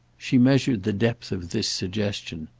she measured the depth of this suggestion.